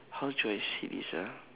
how to explain this ah